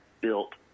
built